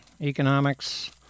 economics